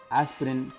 aspirin